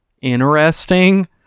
interesting